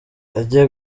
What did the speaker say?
ajye